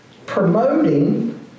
Promoting